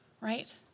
Right